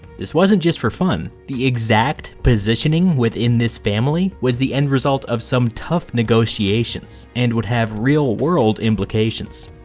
this wasn't just for fun. the exact positioning within this family was the end result of some tough negotiations, and would have real world implications.